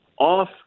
off